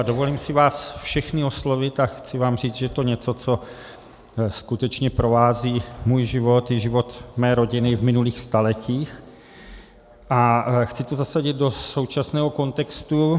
Dovolím si vás všechny oslovit a chci vám říct něco, co skutečně provází můj život i život mé rodiny v minulých staletích, a chci to zasadit do současného kontextu.